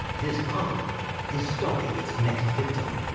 this punk is stalking its next victim.